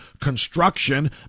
construction